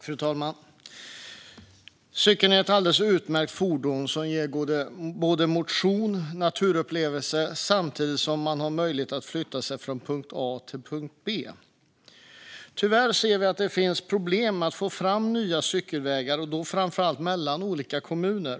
Fru talman! Cykeln är ett alldeles utmärkt fordon som ger både motion och naturupplevelser samtidigt som man har möjlighet att flytta sig från punkt A till punkt B. Tyvärr ser vi att det finns problem med att få fram nya cykelvägar, och då framför allt mellan olika kommuner.